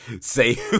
say